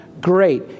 great